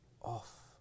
off